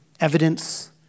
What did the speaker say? evidence